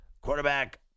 Quarterback